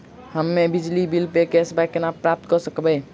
हम्मे बिजली बिल प कैशबैक केना प्राप्त करऽ सकबै?